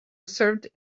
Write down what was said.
served